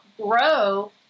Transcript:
grow